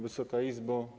Wysoka Izbo!